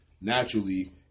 Naturally